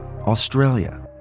Australia